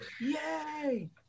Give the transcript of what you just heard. Yay